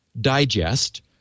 digest